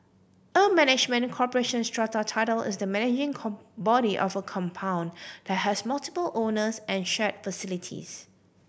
a management corporation strata title is the managing body of a compound that has multiple owners and share facilities